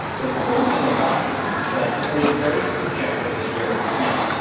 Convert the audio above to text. the cool thing about this is that it's a very subjective experience. now,